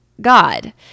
God